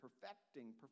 perfecting